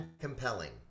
compelling